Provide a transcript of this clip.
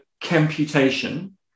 computation